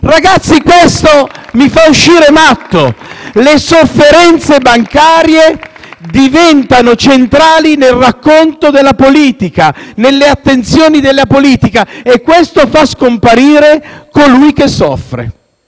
Colleghi, questo mi fa uscire matto! Le sofferenze bancarie diventano centrali nel racconto della politica, nelle attenzioni della politica, e questo fa scomparire colui che soffre.